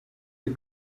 the